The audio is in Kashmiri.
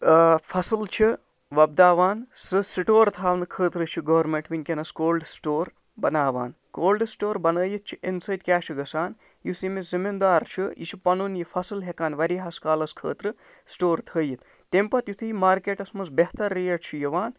اۭں فصٕل چھُ وۄبداوان سُہ سِٹور تھاونہٕ خٲطرٕ چھِ گورمیٚنٛٹ وُنٛکیٚس کولڈٕ سِٹور بَناوان کولڈٕ سِٹور بَنایِتھ چھُ اَمہِ سۭتۍ کیٛاہ چھُ گژھان یُس زن یہِ زٔمیٖندار چھُ یہِ چھُ پَنُن یہِ فصٕل ہیٚکان واریاہَس کالَس خٲطرٕ سِٹور تھٲیِتھ تَمہِ پَتہٕ یِتھُے یہِ مارکیٚٹس منٛز بہتر ریٹ چھِ یِوان